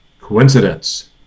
coincidence